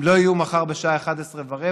הם לא יהיו מחר בשעה 11:15,